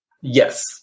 yes